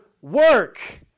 work